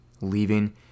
leaving